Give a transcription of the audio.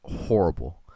horrible